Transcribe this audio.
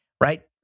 Right